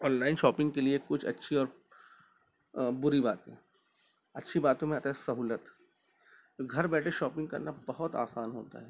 on line shopping کے لیے کچھ اچھی اور بری باتیں اچھی باتوں میں آتا ہے سہولت گھر بیٹھے شاپنگ کرنا بہت آسان ہوتا ہے